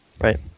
Right